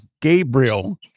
Gabriel